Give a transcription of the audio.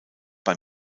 bei